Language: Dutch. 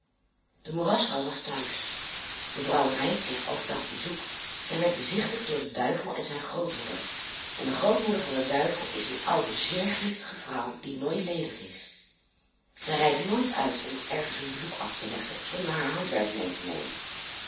de moerasvrouw was te huis de brouwerij kreeg overdag bezoek zij werd bezichtigd door den duivel en zijn grootmoeder en de grootmoeder van den duivel is een oude zeer giftige vrouw die nooit ledig is zij rijdt nooit uit om ergens een bezoek af te leggen zonder haar handwerk mee te nemen